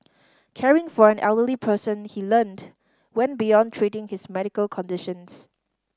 caring for an elderly person he learnt went beyond treating his medical conditions